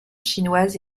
chinoise